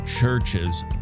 churches